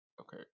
okay